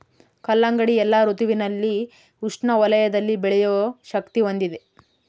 ಕಲ್ಲಂಗಡಿ ಎಲ್ಲಾ ಋತುವಿನಲ್ಲಿ ಉಷ್ಣ ವಲಯದಲ್ಲಿ ಬೆಳೆಯೋ ಶಕ್ತಿ ಹೊಂದಿದೆ